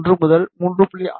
1 முதல் 3